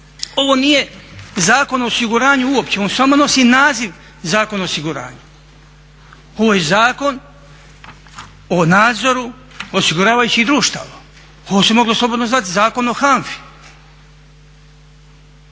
Ovo nije Zakon o osiguranju uopće, on samo nosi naziv Zakon o osiguranju. Ovo je zakon o nadzoru osiguravajućih društava. Ovo se moglo slobodno zvati Zakon o HANFA-i.